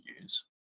use